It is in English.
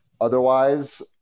Otherwise